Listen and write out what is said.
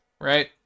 right